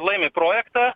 laimi projektą